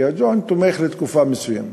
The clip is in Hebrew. כי ה"ג'וינט" תומך לתקופה מסוימת.